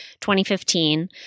2015